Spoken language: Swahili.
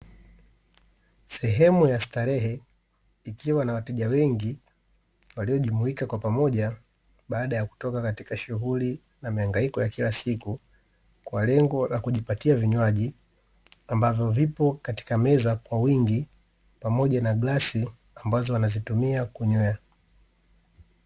Sehemu ya starehe, ikiwa na wateja wengi waliojumuika kwa pamoja baada ya kutoka katika shughuli na mihangaiko ya kila siku, kwa lengo la kujipatia vinywaji ambavyo vipo katika meza kwa wingi pamoja na glasi ambazo wanazitumia kunywea.